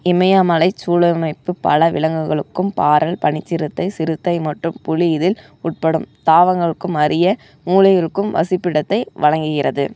இமயமலைச் சூழமைப்பு பல விலங்குகளுக்கும் பாரல் பனிச் சிறுத்தை சிறுத்தை மற்றும் புலி இதில் உட்படும் தாவங்களுக்கும் அரிய மூலிகள்கும் வசிப்பிடத்தை வழங்குகிறது